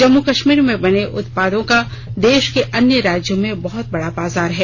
जम्मू कश्मीर में बने उत्पादों का देश के अन्य राज्यों में बहत बड़ा बाजार है